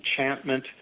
enchantment